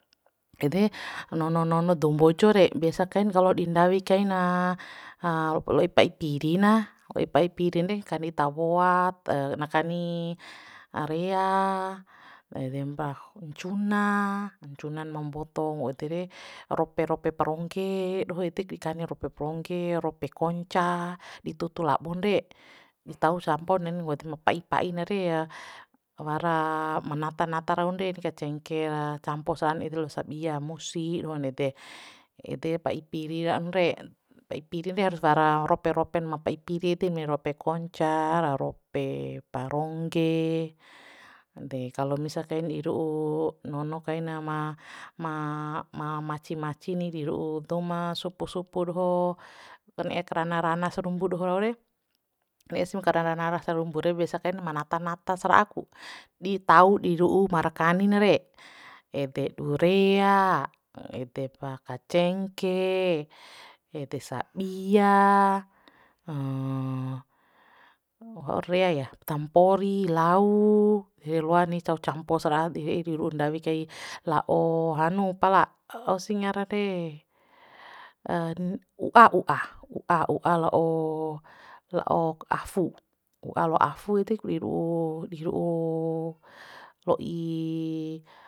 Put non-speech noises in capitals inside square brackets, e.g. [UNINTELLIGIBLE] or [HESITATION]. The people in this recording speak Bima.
Ede nono nono dou mbojo re biasa kain kalo di ndawi kaina [HESITATION] lo'i pa'i piri na lo'i pa'i pirin re kani tawoa [HESITATION] na kani [HESITATION] rea [HESITATION] edempa ncuna ncunan ma mboto wau ede re rope rope parongge doho edek di kani rope prongge rope konca di tutu labon re [NOISE] ntau samponeni nggo ede ma pa'i pa'i na re ya wara [HESITATION] ma nata nata raun re nika cengke ra campo saran ede la'o sabia mosi doho ndede ede pa'i piri [UNINTELLIGIBLE] re [HESITATION] pa'i pirin re harus wara rope ropen ma pa'i piri ede rope konca ra rope parongge de kalo misa kain di ru'u nono kaina ma ma [HESITATION] maci maci ni di ru'u dou ma supu supu doho ra ne'e karana rana sarumbu doho re ne'es ma karana nara sarumbu re biasa kaim ma nata nata sara'a ku di tau di ru'u marakani na re ede du rea [HESITATION] ede pa kacengke ede sabia [HESITATION] waur rea ya patahampori lau re loa ni tau campo sa ra'a di [UNINTELLIGIBLE] ru'u ndawi kai la'o hanu pala [HESITATION] ausi ngaran re [HESITATION] u'a u'ah u'a u'a la'o la'o [HESITATION] afu u'a la'o afu ede ku di ru'u di ru'u lo'i